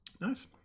Nice